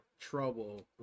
trouble